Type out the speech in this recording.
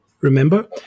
Remember